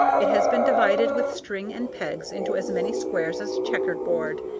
it has been divided with string and pegs into as many squares as a checker-board,